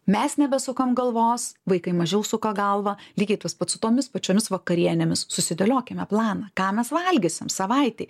mes nebesukam galvos vaikai mažiau suka galvą lygiai tas pats su tomis pačiomis vakarienėmis susidėliokime planą ką mes valgysim savaitei